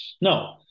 No